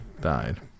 died